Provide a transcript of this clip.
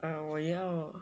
uh 我要